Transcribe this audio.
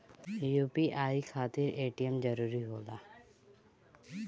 UPI खातिर ATM जरूरी होला?